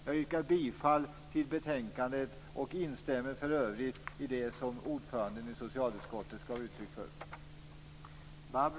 Jag yrkar bifall till hemställan i betänkandet och instämmer för övrigt i det som ordföranden i socialutskottet gav uttryck för.